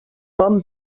bon